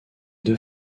deux